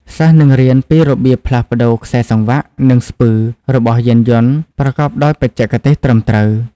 សិស្សនឹងរៀនពីរបៀបផ្លាស់ប្តូរខ្សែសង្វាក់ និងស្ពឺ របស់យានយន្តប្រកបដោយបច្ចេកទេសត្រឹមត្រូវ។